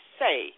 say